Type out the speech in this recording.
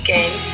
Game